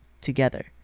together